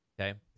okay